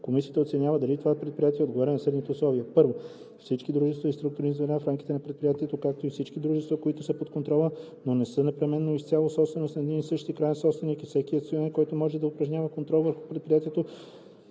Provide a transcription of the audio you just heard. комисията оценява дали това предприятие отговаря на следните условия: 1. всички дружества и структурни звена в рамките на предприятието, както и всички дружества, които са под контрола, но не са непременно изцяло собственост на един и същ краен собственик, и всеки акционер, който може да упражнява контрол върху предприятието,